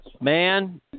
Man